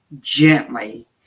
gently